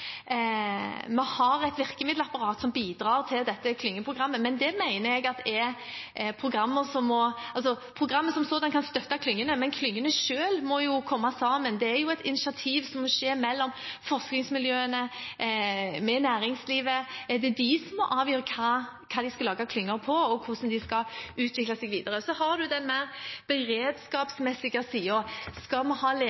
vi har et virkemiddelapparat som bidrar til dette klyngeprogrammet. Programmet som sådant kan støtte klyngene, men klyngene selv må jo komme sammen. Det er et initiativ som må skje mellom forskningsmiljøene og næringslivet. Det er de som må avgjøre hva de skal lage klynger på, og hvordan de skal utvikle seg videre. Så har man den mer